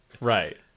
Right